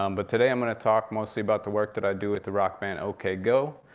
um but today, i'm gonna talk mostly about the work that i do with the rock band, ok go.